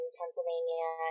Pennsylvania